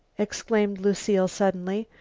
exclaimed lucile suddenly.